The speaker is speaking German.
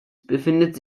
befindet